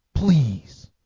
please